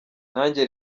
nanjye